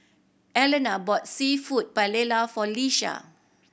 Alannah bought Seafood Paella for Iesha